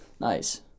Nice